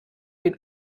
den